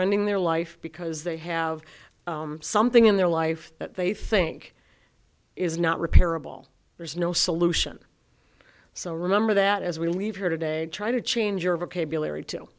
ending their life because they have something in their life that they think is not repairable there is no solution so remember that as we leave here today try to change your vocabulary to